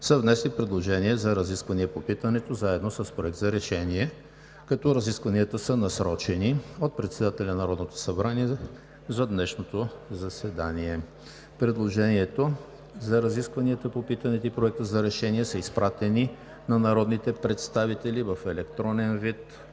са внесли предложения за разисквания по питането, заедно с Проект на решение. Разискванията са насрочени от председателя на Народното събрание за днешното заседание. Предложението за разискванията по питането и Проекта на решение са изпратени на народните представители в електронен вид